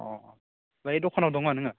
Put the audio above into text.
अ ओमफ्राय दखानाव दङ नोङो